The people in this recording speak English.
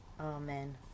Amen